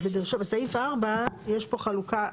אז בסעיף 4 יש פה חלוקה.